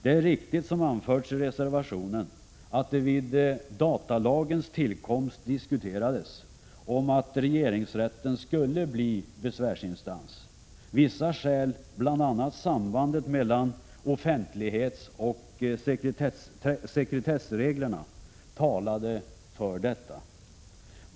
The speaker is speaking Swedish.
Det är riktigt, som anförts i reservationen, att det vid = Tys datalagens tillkomst diskuterades att regeringsrätten skulle bli besvärsinstans. Vissa skäl, bl.a. sambandet mellan offentlighetsoch sekretessreglerna, talade för detta.